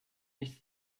nichts